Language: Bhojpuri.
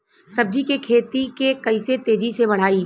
सब्जी के खेती के कइसे तेजी से बढ़ाई?